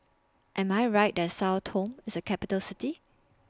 Am I Right that Sao Tome IS A Capital City